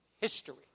history